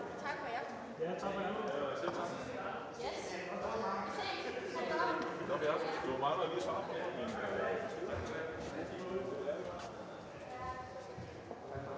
Tak for det,